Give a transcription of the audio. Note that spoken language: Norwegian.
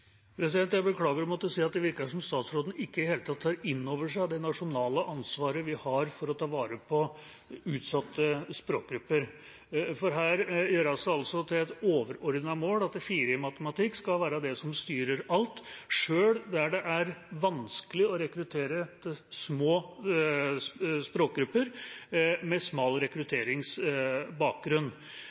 Jeg beklager å måtte si at det virker som om statsråden ikke har tatt inn over seg det nasjonale ansvaret vi har for å ta vare på utsatte språkgrupper, for her gjøres det altså til et overordnet mål at 4 i matematikk skal være det som styrer alt, sjøl der det er vanskelig å rekruttere små språkgrupper med smal rekrutteringsbakgrunn.